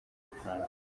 bufaransa